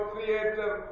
Creator